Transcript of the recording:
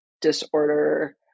disorder